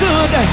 good